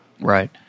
Right